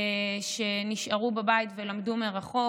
שנשארו בבית ולמדו מרחוק,